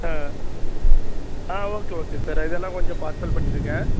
ஆ ஆ okay okay sir இதெல்லாம் கொஞ்ச பார்சல் பண்ணிடுங்க